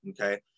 Okay